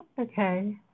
Okay